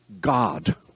God